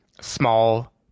small